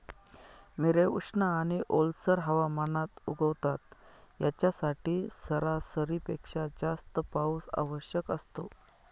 मिरे उष्ण आणि ओलसर हवामानात उगवतात, यांच्यासाठी सरासरीपेक्षा जास्त पाऊस आवश्यक असतो